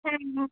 হ্যাঁ হুম